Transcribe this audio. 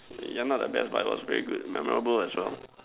yeah lah that batch but it was very good memorable as well